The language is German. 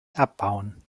abbauen